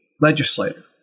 legislator